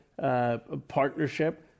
partnership